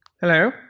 Hello